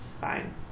Fine